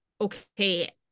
okay